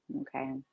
Okay